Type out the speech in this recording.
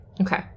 okay